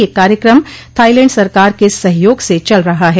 यह कार्यक्रम थाइलैंड सरकार के सहयोग से चल रहा है